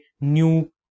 new